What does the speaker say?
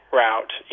route